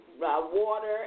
water